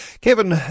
Kevin